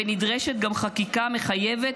ונדרשת גם חקיקה מחייבת,